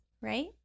right